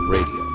Radio